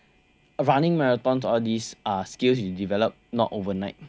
running marathons all these are skills not developed not overnight